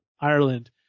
Ireland